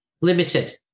limited